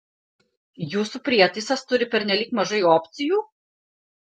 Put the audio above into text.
jūsų prietaisas turi pernelyg mažai opcijų